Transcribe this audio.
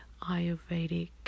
Ayurvedic